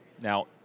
Now